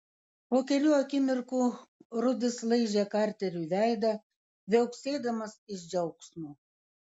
po kelių akimirkų rudis laižė karteriui veidą viauksėdamas iš džiaugsmo